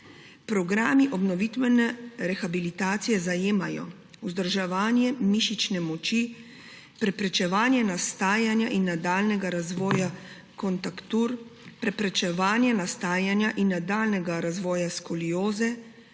Programi obnovitvene rehabilitacije zajemajo vzdrževanje mišične moči, preprečevanje nastajanja in nadaljnjega razvoja kontraktur, preprečevanje nastajanja in nadaljnjega razvoja skolioze,